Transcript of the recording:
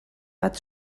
bat